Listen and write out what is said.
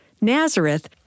Nazareth